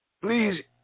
Please